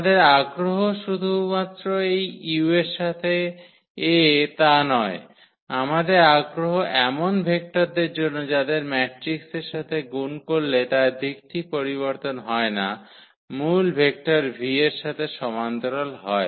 আমাদের আগ্রহ শুধুমাত্র এই u এর সাথে A তা নয় আমাদের আগ্রহ এমন ভেক্টরদের জন্য যাদেরকে ম্যাট্রিক্সের সাথে গুণ করলে তার দিকটি পরিবর্তন হয় না মূল ভেক্টর v এর সাথে সমান্তরাল হয়